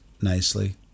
nicely